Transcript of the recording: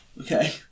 Okay